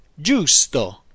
Giusto